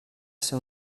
ser